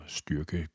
styrke